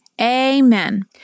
Amen